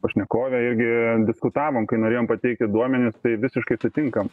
pašnekove irgi diskutavom kai norėjom pateikti duomenis tai visiškai sutinkam